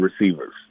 receivers